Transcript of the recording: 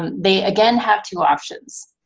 um they again have two options,